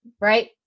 right